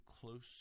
close